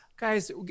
Guys